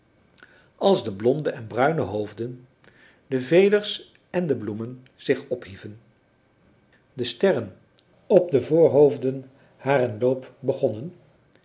als de blonde en bruine hoofden de veders en de bloemen zich ophieven de sterren op de voorhoofden haren loop begonnen